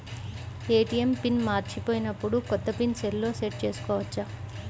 ATM PIN మరచిపోయినప్పుడు, కొత్త PIN సెల్లో సెట్ చేసుకోవచ్చా?